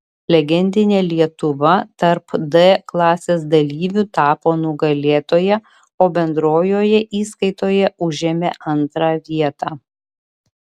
legendinė lietuva tarp d klasės dalyvių tapo nugalėtoja o bendrojoje įskaitoje užėmė antrą vietą